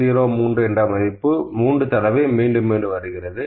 03 என்ற மதிப்பு 3 தடவை மீண்டும் மீண்டும் வருகிறது